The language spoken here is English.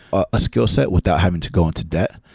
a skillset, without having to go into debt.